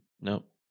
Nope